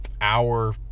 hour